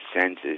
senses